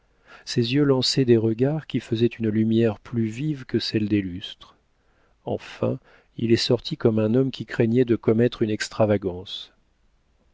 ses yeux lançaient des regards qui faisaient une lumière plus vive que celle des lustres enfin il est sorti comme un homme qui craignait de commettre une extravagance